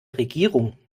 regierung